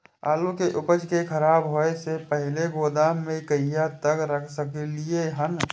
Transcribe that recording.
आलु के उपज के खराब होय से पहिले गोदाम में कहिया तक रख सकलिये हन?